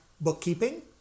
bookkeeping